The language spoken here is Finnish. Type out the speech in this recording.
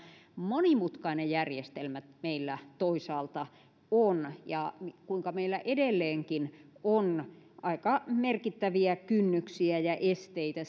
monimutkainen järjestelmä meillä toisaalta on ja kuinka meillä edelleenkin on aika merkittäviä kynnyksiä ja esteitä